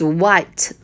white